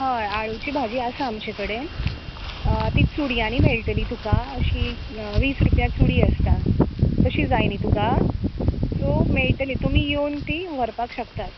हय आळूची भाजी आसा आमचें कडेन ती चुडयानी मेळटली तुका अशी वीस रुपयान चुडी आसता तशी जाय न्ही तुका सो मेळटली तुमी येवन ती व्हरपाक शकतात